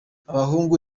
ababahungu